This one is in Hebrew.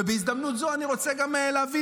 בהזדמנות זאת אני רוצה להבין,